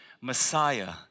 Messiah